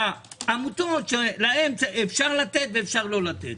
העמותות שלהן אפשר לתת ואפשר לא לתת.